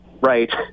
right